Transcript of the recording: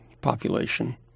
population